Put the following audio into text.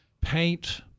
paint